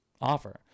offer